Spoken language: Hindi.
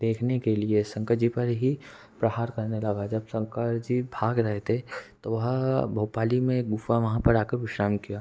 देखने के लिए शंकर जी पर ही प्रहार करने लगा जब शंकर जी भाग रहे थे तो वह भोपाली में एक गुफ़ा वहाँ पर आ कर विश्राम किया